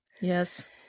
Yes